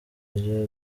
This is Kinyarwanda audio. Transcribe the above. rya